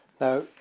Now